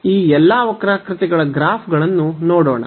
ಈ ಎಲ್ಲಾ ವಕ್ರಾಕೃತಿಗಳ ಗ್ರಾಫ್ಗಳನ್ನು ನೋಡೋಣ